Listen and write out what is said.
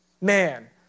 Man